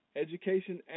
education